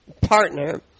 partner